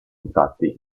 infatti